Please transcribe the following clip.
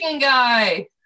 guy